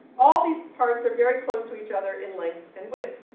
all these parts are very close to each other in length and width.